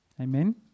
Amen